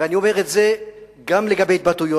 ואני אומר את זה גם לגבי התבטאויות,